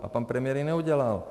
A pan premiér to neudělal.